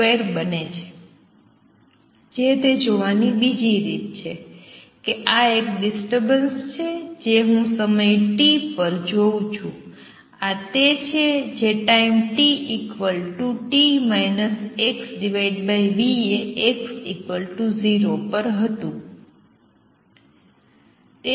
જે તે જોવાની બીજી રીત છે કે આ એક ડિસ્ટર્બન્સ છે જે હું સમય t પર જોઉં છું આ તે છે જે ટાઈમ t t xv એ x 0 પર હતું